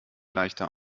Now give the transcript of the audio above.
leichter